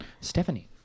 Stephanie